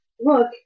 look